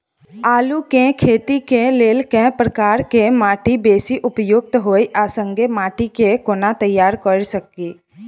आलु केँ खेती केँ लेल केँ प्रकार केँ माटि बेसी उपयुक्त होइत आ संगे माटि केँ कोना तैयार करऽ छी?